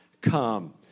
Come